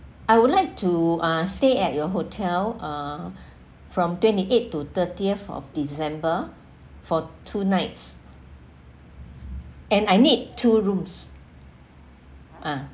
I would like to uh stay at your hotel uh from twenty eighth to thirtieth of december for two nights and I need two rooms ah